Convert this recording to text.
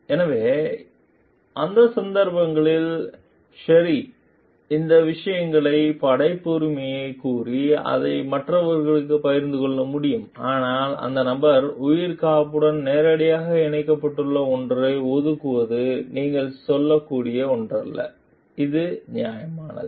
எனவே அந்த சந்தர்ப்பங்களில் ஷெர்ரி இந்த விஷயங்களின் படைப்புரிமையைக் கூறி அதை மற்றவர்களுடன் பகிர்ந்து கொள்ள முடியும் ஆனால் அந்த நபரின் உயிர் காப்புடன் நேரடியாக இணைக்கப்பட்டுள்ள ஒன்றை ஒதுக்குவது நீங்கள் சொல்லக்கூடிய ஒன்றல்ல இது நியாயமானது